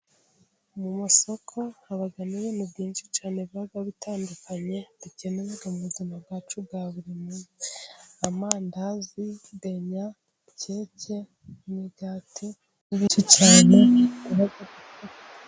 Mu isoko habamo ibintu byinshi cyane biba bitandukanye dukenera mu buzima bwacu bwa buri munsi. Amandazi, benya, keke imigati, ...